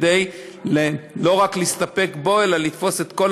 כדי לא להסתפק רק בו אלא לתפוס את כל